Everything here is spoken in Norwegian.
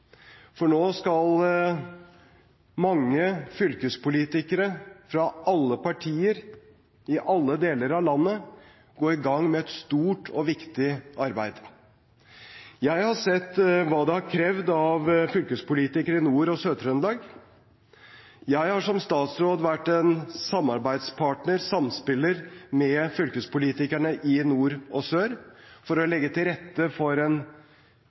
for nå skal mange fylkespolitikere fra alle partier i alle deler av landet gå i gang med et stort og viktig arbeid. Jeg har sett hva det har krevd av fylkespolitikere i Nord-Trøndelag og Sør-Trøndelag. Jeg har som statsråd vært en samarbeidspartner, samspiller, med fylkespolitikerne i nord og sør for å legge til rette for en